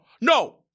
No